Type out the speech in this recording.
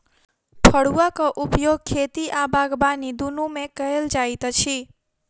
फड़ुआक उपयोग खेती आ बागबानी दुनू मे कयल जाइत अछि